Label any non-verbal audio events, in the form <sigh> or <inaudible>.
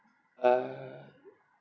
uh <noise>